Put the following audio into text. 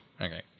Okay